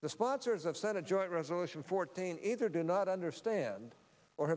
the sponsors of senate joint resolution fourteen either do not understand or